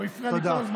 הוא הפריע לי כל הזמן.